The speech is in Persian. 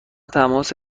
تماس